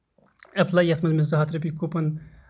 apply یَتھ منٛز مےٚ زٕ ہَتھ رۄپیہِ کوپُن